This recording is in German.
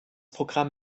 programm